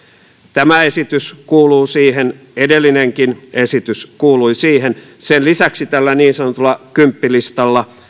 tämä esitys kuuluu siihen edellinenkin esitys kuului siihen sen lisäksi tällä niin sanotulla kymppilistalla